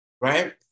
right